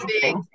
big